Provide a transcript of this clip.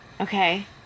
Okay